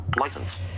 License